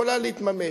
יכולה להתממש.